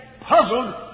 puzzled